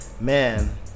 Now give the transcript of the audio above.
Man